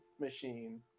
machine